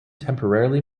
temporarily